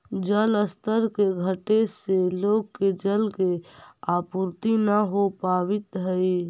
जलस्तर के घटे से लोग के जल के आपूर्ति न हो पावित हई